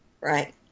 Right